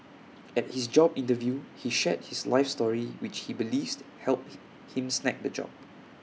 at his job interview he shared his life story which he believes helped him snag the job